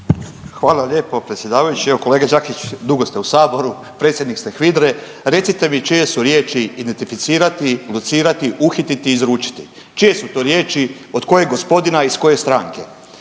Hvala lijepo predsjedavajući. Evo kolega Đakić dugo ste u Saboru, predsjednik ste HVIDRA-e. Recite mi čije su riječi identificirati, locirati, uhititi, izručiti. Čije su to riječi od kojeg gospodina iz koje stranke?